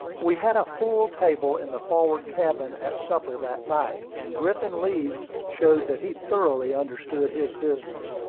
we had a full table in the forward cabin at supper that night, and griffin leeds showed that he thoroughly understood his business,